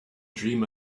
dream